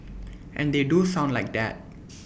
and they do sound like that